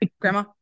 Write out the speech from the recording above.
Grandma